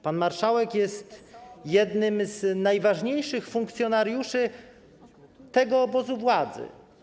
Pan marszałek jest jednym z najważniejszych funkcjonariuszy tego obozu władzy.